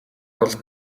тул